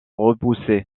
repoussé